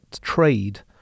trade